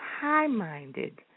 high-minded